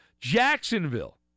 Jacksonville